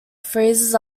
freezes